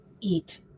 eat